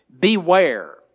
beware